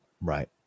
Right